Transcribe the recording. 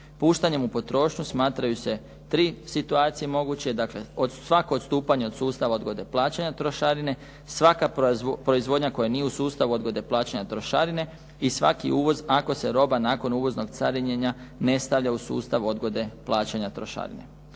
Puštanjem u potrošnju smatraju se tri situacije moguće, dakle svako odstupanje od sustava odgode plaćanja trošarine, svaka proizvodnja koja nije u sustavu odgode plaćanja trošarine i svaki uvoz ako se roba nakon uvoznog carinjenja ne stavlja u sustav odgode plaćanja trošarine.